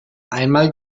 einmal